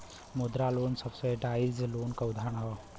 मुद्रा loan subsidised loan क उदाहरण हौ